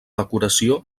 decoració